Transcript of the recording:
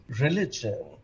religion